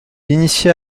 initia